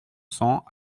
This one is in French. cents